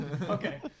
Okay